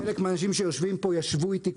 חלק מהאנשים שיושבים פה ישבו איתי כבר,